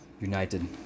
United